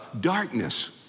Darkness